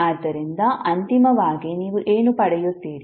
ಆದ್ದರಿಂದ ಅಂತಿಮವಾಗಿ ನೀವು ಏನು ಪಡೆಯುತ್ತೀರಿ